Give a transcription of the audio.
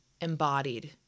embodied